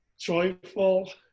joyful